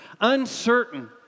uncertain